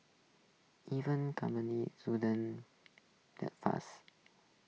even companies shouldn't that fast